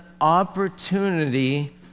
opportunity